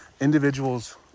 Individuals